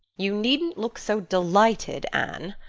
you needn't look so delighted, anne.